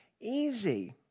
easy